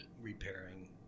repairing